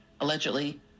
allegedly